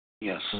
Yes